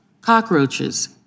cockroaches